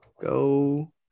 go